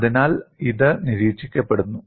അതിനാൽ ഇത് നിരീക്ഷിക്കപ്പെടുന്നു